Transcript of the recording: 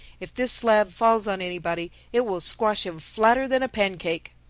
if this slab falls on anybody, it will squash him flatter than a pancake.